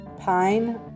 pine